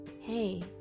hey